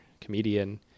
comedian